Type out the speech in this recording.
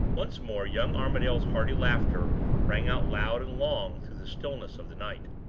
once more young armadale's hearty laughter rang out loud and long through the stillness of the night.